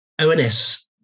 ONS